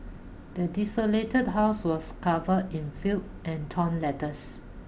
the desolated house was covered in filth and torn letters